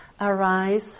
arise